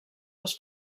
les